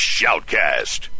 Shoutcast